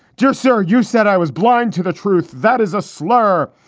dear sir, you said i was blind to the truth. that is a slur.